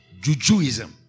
jujuism